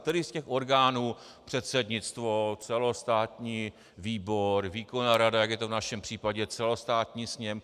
Který z těch orgánů předsednictvo, celostátní výbor, výkonná rada, jak je to v našem případě, celostátní sněm?